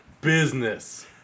business